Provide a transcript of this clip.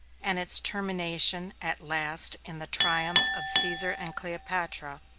and its termination at last in the triumph of caesar and cleopatra,